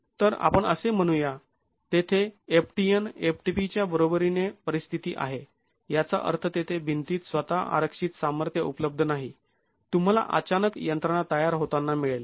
तर आपण असे म्हणू या तेथे ftn ftp च्या बरोबरीने परिस्थिती आहे याचा अर्थ तेथे भिंतीत स्वतः आरक्षित सामर्थ्य उपलब्ध नाही तुम्हाला अचानक यंत्रणा तयार होताना मिळेल